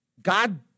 God